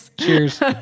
Cheers